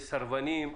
יש סרבנים.